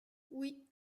oui